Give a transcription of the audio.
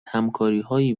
همکاریهایی